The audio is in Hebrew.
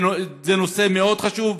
זה נושא מאוד חשוב.